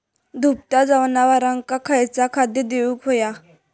दुभत्या जनावरांका खयचा खाद्य देऊक व्हया?